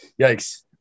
Yikes